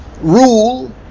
rule